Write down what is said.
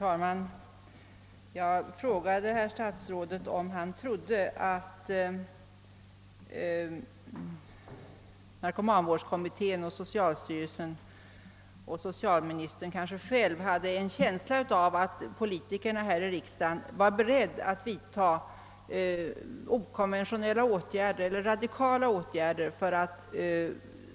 Herr talman! Jag frågade statsrådet om han trodde att narkomanvårdskommittén samt socialstyrelsen och kanske socialministern själv hade en känsla av att politikerna här i riksdagen var beredda att vidtaga okonventionella och radikala åtgärder för att